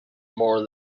more